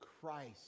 Christ